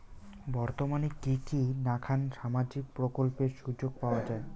বর্তমানে কি কি নাখান সামাজিক প্রকল্পের সুযোগ পাওয়া যায়?